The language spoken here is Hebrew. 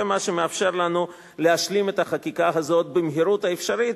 זה מה שמאפשר לנו להשלים את החקיקה הזאת במהירות האפשרית,